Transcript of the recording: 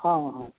हँ हँ